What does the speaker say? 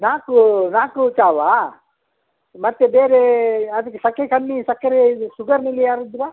ನಾಲ್ಕು ನಾಲ್ಕು ಚಾನಾ ಮತ್ತು ಬೇರೆ ಅದಕ್ಕೆ ಸಕ್ಕರೆ ಕಮ್ಮಿ ಸಕ್ಕರೆ ಶುಗರ್ನಲ್ಲಿ ಯಾರಿದ್ದರಾ